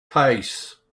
pace